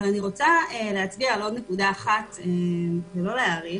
אני רוצה להצביע על עוד נקודה אחת, ולא להאריך,